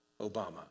Obama